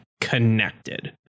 connected